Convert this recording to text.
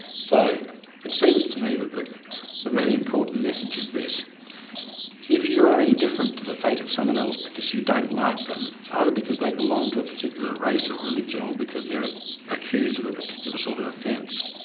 so it seems to me that the the really important message is this if you are indifferent to the fate of someone else because you don't like them, either because they belong to a particular race or religion, or because they're accused of a particular sort of offence,